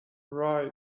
rye